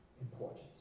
importance